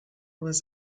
was